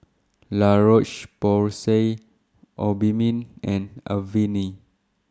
La Roche Porsay Obimin and Avene